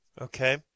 Okay